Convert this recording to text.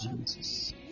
Jesus